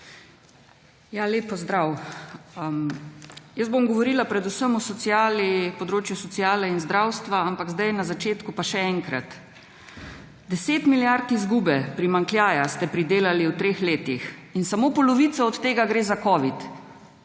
Lep pozdrav! Jaz bom govorila predvsem o področju sociale in zdravstva. Ampak zdaj na začetku pa še enkrat: 10 milijard izgube, primanjkljaja ste pridelali v treh letih. In samo polovico od tega gre za covid.